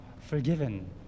forgiven